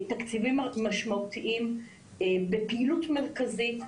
תקציבים משמעותיים בפעילות מרכזית,